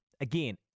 Again